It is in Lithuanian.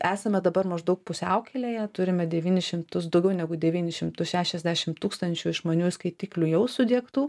esame dabar maždaug pusiaukelėje turime devynis šimtus daugiau negu devynis šimtus šešiasdešim tūkstančių išmaniųjų skaitiklių jau sudiegtų